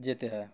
যেতে হয়